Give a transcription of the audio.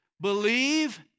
believe